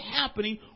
happening